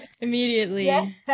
Immediately